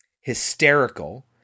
hysterical